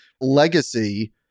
legacy